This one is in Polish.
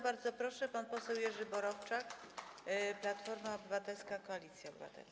Bardzo proszę, pan poseł Jerzy Borowczak, Platforma Obywatelska - Koalicja Obywatelska.